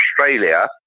Australia